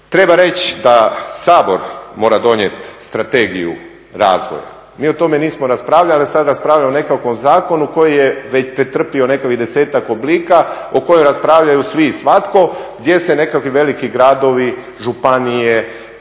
Treba reći da Sabor mora donijeti strategiju razvoja. Mi o tome nismo raspravljali, a sada raspravljamo o nekakvom zakonu koji je već pretrpio nekakvih desetak oblika o kojoj raspravljaju svi i svatko gdje se nekakvi veliki gradovi, županije,